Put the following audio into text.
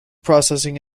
processing